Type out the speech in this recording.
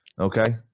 okay